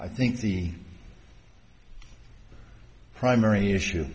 i think the primary issue